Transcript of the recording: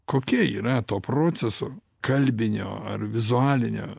kokia yra to proceso kalbinio ar vizualinio